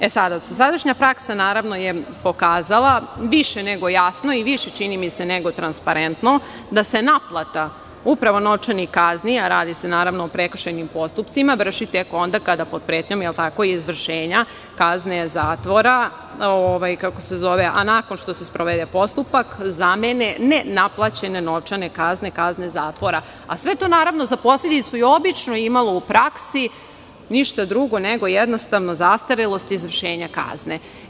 E sada, dosadašnja praksa je pokazala, više nego jasno i više čini mi se nego transparentno, da se naplata, upravo novčanih kazni, a radi se naravno o prekršajnim postupcima, vrši tek onda kada pod pretnjom izvršenja, kazne zatvora, a nakon što se sprovede postupak zamene nenaplaćene novčane kazne, kazne zatvora, a sve to naravno za posledicu je obično imalo u praksi, ništa drugo nego jednostavno zastarelost izvršenja kazne.